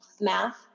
math